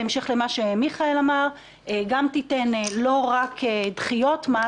בהמשך למה שמיכאל אמר לא רק דחיות מס,